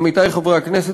עמיתי חברי הכנסת,